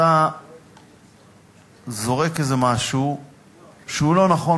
אתה זורק איזה משהו שהוא לא נכון,